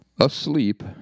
Asleep